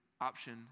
option